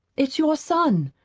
it's your son,